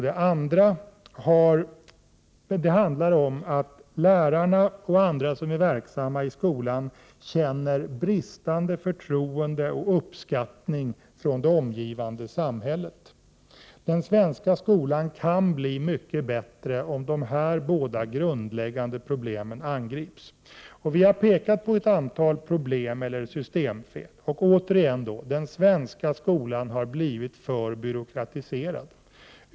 Det andra handlar om att lärarna och övriga som är verksamma i skolan känner bristande förtroende och uppskattning från det omgivande samhället. Den svenska skolan kan bli mycket bättre om dessa grundläggande problem angrips. Vi har pekat på ett antal problem eller ”systemfel”: —- Den svenska skolan har blivit för byråkratiserad.